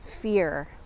fear